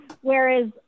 Whereas